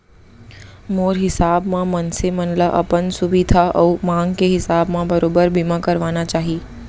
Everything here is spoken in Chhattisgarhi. मोर हिसाब म मनसे मन ल अपन सुभीता अउ मांग के हिसाब म बरोबर बीमा करवाना चाही